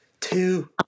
two